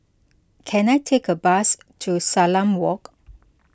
can I take a bus to Salam Walk